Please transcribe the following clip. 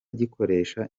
gikoresha